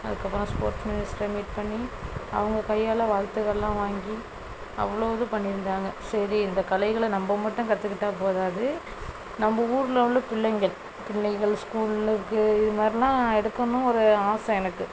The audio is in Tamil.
அதுக்கப்புறம் ஸ்போட்ஸ் மினிஸ்ட்ர மீட் பண்ணி அவங்க கையால் வாழ்த்துக்கள்லாம் வாங்கி அவ்வளோ இது பண்ணி இருந்தாங்க சரி இந்த கலைகளை நம்ப மட்டும் கற்றுக்கிட்டா போதாது நம்ப ஊரில் உள்ள பிள்ளைங்கள் பிள்ளைகள் ஸ்கூலில் இருக்க இதுமாதிரிலாம் எடுக்கணும் ஒரு ஆசை எனக்கு